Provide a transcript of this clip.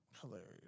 Hilarious